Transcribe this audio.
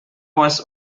was